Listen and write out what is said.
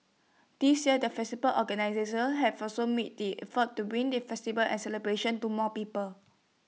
this year the feasible organisers have also made the effort to bring the festival and celebrations to more people